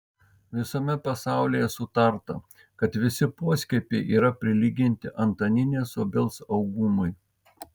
visame pasaulyje sutarta kad visi poskiepiai yra prilyginti antaninės obels augumui